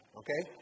okay